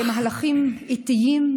במהלכים איטיים,